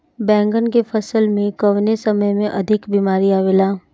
बैगन के फसल में कवने समय में अधिक बीमारी आवेला?